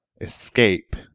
Escape